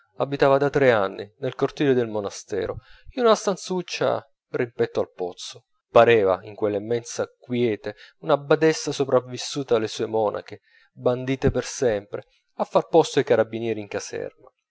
abitava da tre anni nel cortile del monastero in una stanzuccia rimpetto al pozzo pareva in quella immensa quiete una badessa sopravissuta alle sue monache bandite per sempre a far posto ai carabinieri in caserma